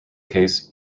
case